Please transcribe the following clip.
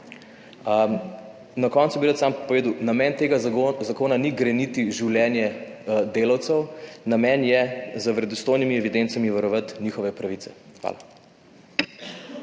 Na koncu bi rad samo povedal. Namen tega zakona ni greniti življenje delavcev, namen je z verodostojnimi evidencami varovati njihove pravice. Hvala.